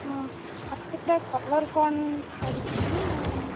ହଁ ଆଉ ସେଇଟା କଲର କ'ଣ ଛାଡ଼ୁଛି କି ନା